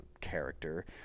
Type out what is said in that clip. character